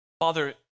Father